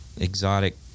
exotic